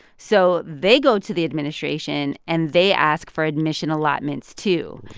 so they go to the administration, and they ask for admission allotments, too